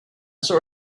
saw